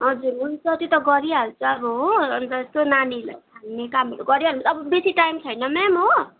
हजुर हुन्छ त्यो त गरिहाल्छ अब हो अन्त यसो नानीहरूलाई छान्ने कामहरू गरिहाल्नु पर्छ अब बेसी टाइम छैन म्याम हो